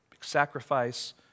sacrifice